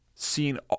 seen